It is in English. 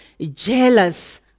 jealous